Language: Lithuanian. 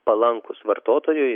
palankūs vartotojui